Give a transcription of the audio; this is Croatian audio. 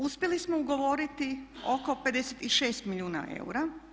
Uspjeli smo ugovoriti oko 56 milijuna eura.